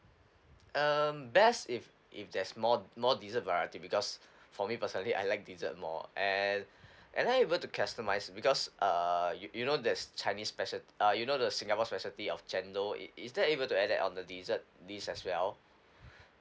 um best if if there's more more dessert variety because for me personally I like dessert more and am I able to customise because err you you know there's chinese special uh you know the singapore specialty of chendol is is there able to add that on the dessert list as well